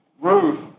Ruth